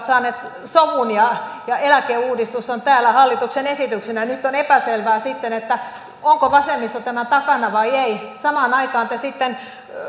saaneet sovun ja ja eläkeuudistus on täällä hallituksen esityksenä niin on epäselvää sitten että onko vasemmisto tämän takana vai ei samaan aikaan te sitten